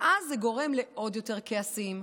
ואז זה גורם לעוד יותר כעסים,